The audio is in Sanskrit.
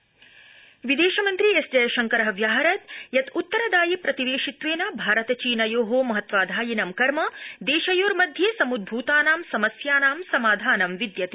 जयशंकर विदेशमन्त्री एस् जयशंकर व्याहरद् यत् उत्तरदायि प्रतिवेशित्वेन भारत चीनयो महत्वाधायिनं कर्म देशयोर्मध्ये समुद्गूतानां समस्यानां समाधानं विद्यते